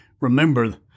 Remember